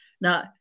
Now